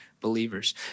believers